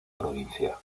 provincia